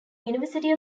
university